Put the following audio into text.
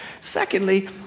Secondly